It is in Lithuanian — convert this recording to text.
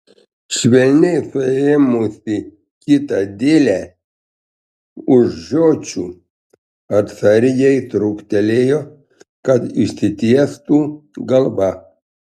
švelniai suėmusi kitą dėlę už žiočių atsargiai trūktelėjo kad išsitiestų galva